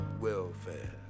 welfare